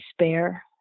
spare